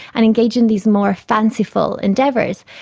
and engage in these more fanciful endeavours.